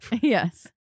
Yes